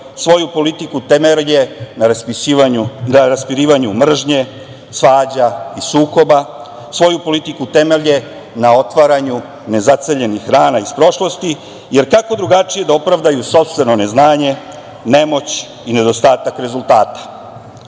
svoju politiku temelji na raspirivanju mržnje, svađa i sukoba, na otvaranju nezaceljenih rana iz prošlosti, jer kako drugačije da opravdaju sopstveno neznanje, nemoć i nedostatak rezultata?